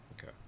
Okay